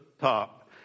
top